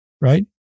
right